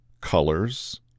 colors